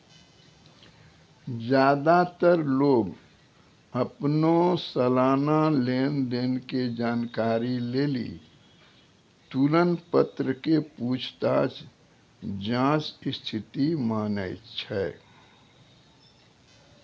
ज्यादातर लोग अपनो सलाना लेन देन के जानकारी लेली तुलन पत्र के पूछताछ जांच स्थिति मानै छै